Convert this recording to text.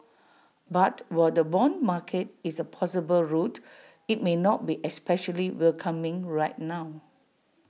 but while the Bond market is A possible route IT may not be especially welcoming right now